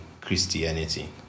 Christianity